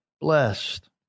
blessed